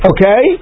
Okay